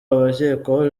abakekwaho